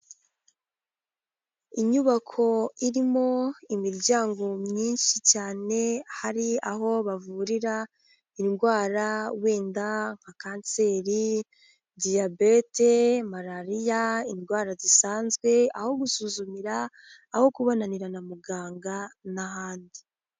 Inyubako irimo imiryango myinshi cyane, hari aho bavurira indwara wenda nka kanseri, diyabete, malariya, indwara zisanzwe, aho gusuzumira, aho kubonanira na muganga n'ahandi.